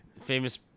Famous